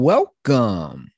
Welcome